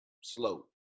slow